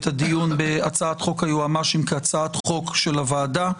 את הדיון בהצעת חוק היועמ"שים כהצעת חוק של הוועדה.